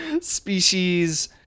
species